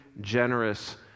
generous